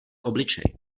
obličeje